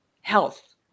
Health